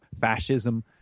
fascism